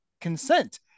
consent